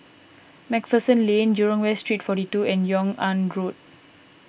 MacPherson Lane Jurong West Street forty two and Yung An Road